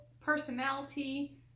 Personality